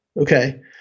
Okay